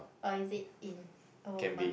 or is it in